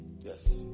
Yes